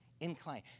incline